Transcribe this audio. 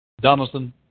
Donaldson